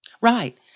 Right